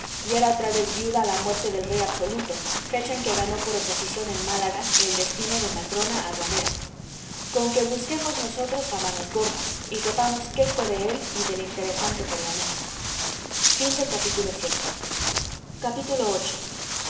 y era otra vez viuda a la muerte del rey absoluto fecha en que ganó por oposición en málaga el destino de matrona aduanera con que busquemos nosotros a manos gordas y sepamos qué fué de él y del interesante pergamino viii